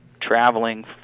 traveling